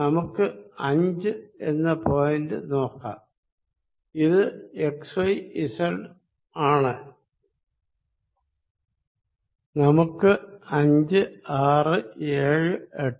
നമുക്ക് 5 എന്ന പോയിന്റ് നോക്കാം ഇത് x y z ആണ് നമുക്ക് 5 6 7 8